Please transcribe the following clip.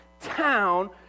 town